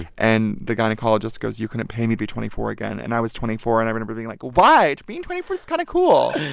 and the gynecologist goes, you couldn't pay me to be twenty four again. and i was twenty four, and i remember being like, why? being twenty four is kind of cool.